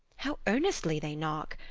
how earnestly they knock!